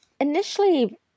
initially